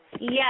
Yes